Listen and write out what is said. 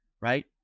right